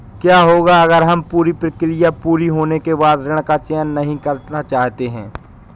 क्या होगा अगर हम पूरी प्रक्रिया पूरी होने के बाद ऋण का चयन नहीं करना चाहते हैं?